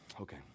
Okay